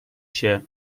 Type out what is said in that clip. się